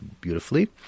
beautifully